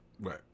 Right